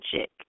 chick